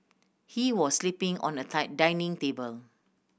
he was sleeping on a dining table